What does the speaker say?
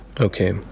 Okay